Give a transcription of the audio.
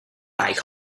lại